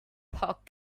pork